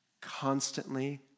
constantly